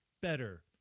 better